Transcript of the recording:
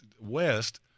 West